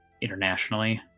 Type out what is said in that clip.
Internationally